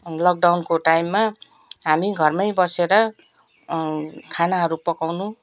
लकडाउनको टाइममा हामी घरमै बसेर खानाहरू पकाउनु